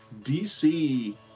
DC